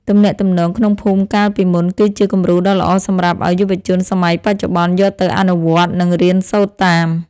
ទំនាក់ទំនងក្នុងភូមិកាលពីមុន គឺជាគំរូដ៏ល្អសម្រាប់ឱ្យយុវជនសម័យបច្ចុប្បន្នយកទៅអនុវត្ត និងរៀនសូត្រតាម។